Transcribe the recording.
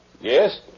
Yes